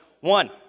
One